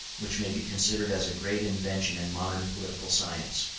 which may be considered as a great invention in modern political science.